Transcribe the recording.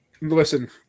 Listen